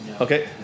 Okay